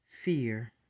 fear